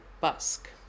Busk